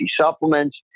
supplements